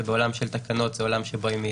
ובעולם של תקנות היא מייעצת.